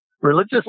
Religious